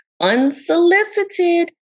unsolicited